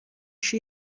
she